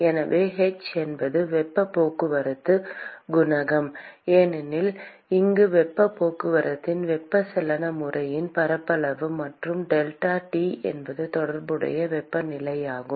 எனவே h என்பது வெப்பப் போக்குவரத்துக் குணகம் எனில் இங்கு வெப்பப் போக்குவரத்தின் வெப்பச்சலன முறையின் பரப்பளவு மற்றும் டெல்டா T என்பது தொடர்புடைய வெப்பநிலையாகும்